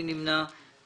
מי נמנע?